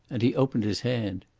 and he opened his hand.